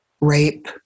rape